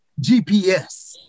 GPS